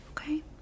okay